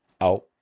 out